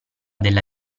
della